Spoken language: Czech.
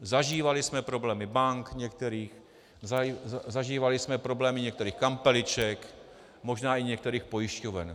Zažívali jsme problémy některých bank, zažívali jsme problémy některých kampeliček, možná i některých pojišťoven.